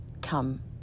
come